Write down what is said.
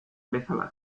bezala